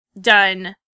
done